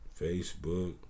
Facebook